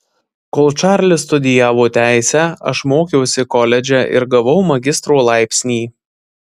kol čarlis studijavo teisę aš mokiausi koledže ir gavau magistro laipsnį